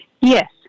Yes